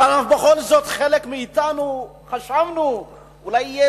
אבל בכל זאת חלק מאתנו חשבנו שאולי יהיה